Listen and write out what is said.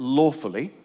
lawfully